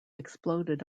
exploded